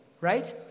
right